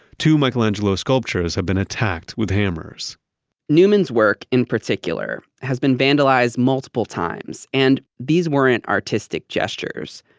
two michelangelo sculptures have been attacked with hammers newman's work in particular has been vandalized multiple times, and these weren't artistic gestures.